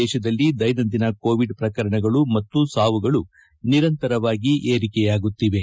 ದೇಶದಲ್ಲಿ ದೈನಂದಿನ ಕೋವಿಡ್ ಪ್ರಕರಣಗಳು ಮತ್ತು ಸಾವುಗಳು ನಿರಂತರವಾಗಿ ಏರಿಕೆಯಾಗುತ್ತಿವೆ